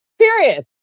period